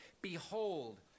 behold